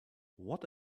what